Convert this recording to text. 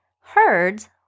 herds